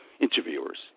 interviewers